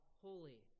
holy